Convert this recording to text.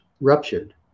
ruptured